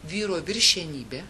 vyro viršenybė